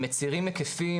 שמצירים היקפים,